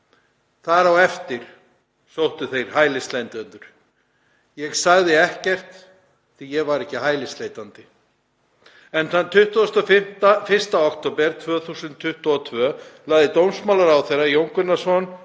Þar á eftir sóttu þeir hælisleitendur. Ég sagði ekkert af því að ég var ekki hælisleitandi. Þann 21. október 2022 lagði dómsmálaráðherra Jón Gunnarsson